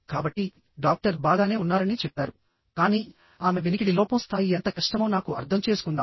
కాబట్టి డాక్టర్ బాగానే ఉన్నారని చెప్పారు కానీ ఆమె వినికిడి లోపం స్థాయి ఎంత కష్టమో నాకు అర్థం చేసుకుందాం